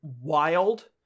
wild